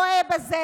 אני רואה בזה,